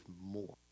more